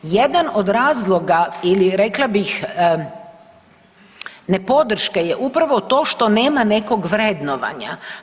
Jedan od razloga ili rekla bih, nepodrške je upravo to što nema nekog vrednovanja.